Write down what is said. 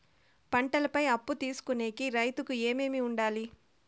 పంటల పై అప్పు తీసుకొనేకి రైతుకు ఏమేమి వుండాలి?